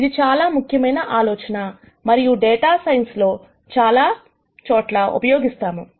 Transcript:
ఇది చాలా చాలా ముఖ్యమైన ఆలోచన మరియు ఇది డేటా సైన్స్ లో చాలా చోట్ల ఉపయోగిస్తాము